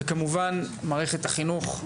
כמובן מערכת החינוך,